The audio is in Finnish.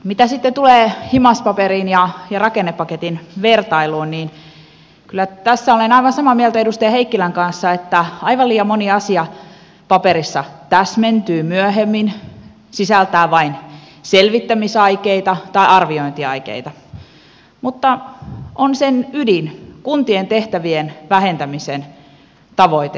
mitä sitten tulee himas paperin ja rakennepaketin vertailuun niin kyllä tässä olen aivan samaa mieltä edustaja heikkilän kanssa että aivan liian moni asia paperissa täsmentyy myöhemmin sisältää vain selvittämisaikeita tai arviointiaikeita mutta sen ydin kuntien tehtävien vähentämisen tavoite on aivan oikea